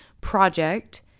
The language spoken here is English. project